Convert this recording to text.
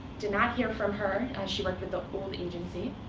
did not hear from her, as she worked with the old agency.